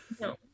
No